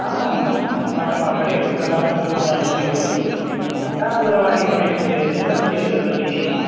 आम् अस्माकम् आपणे उत्तमाः दूरवाण्यः एव सन्ति का दूरवाणी अपेक्षते धनं कीयद् ददति